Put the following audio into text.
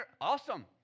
Awesome